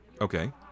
Okay